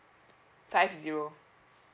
five zero